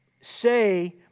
say